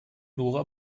nora